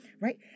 right